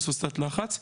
פרסוסטט לחץ,